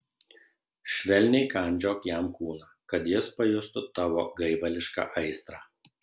švelniai kandžiok jam kūną kad jis pajustų tavo gaivališką aistrą